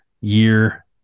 year